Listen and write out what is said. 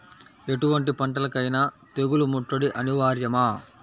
ఎటువంటి పంటలకైన తెగులు ముట్టడి అనివార్యమా?